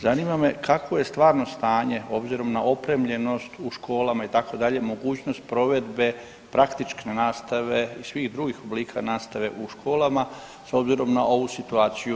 Zanima me kakvo je stvarno stanje obzirom na opremljenost u školama itd., mogućnost provedbe praktične nastave i svih drugih oblika nastave u školama s obzirom na ovu situaciju.